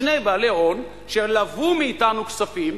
שני בעלי הון שלוו מאתנו כספים,